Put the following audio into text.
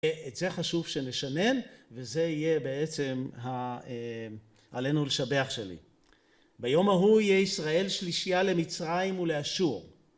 את זה חשוב שנשנן וזה יהיה בעצם ה"עלינו לשבח" שלי. ביום ההוא יהיה ישראל שלישיה למצרים ולאשור